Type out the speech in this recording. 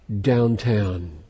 downtown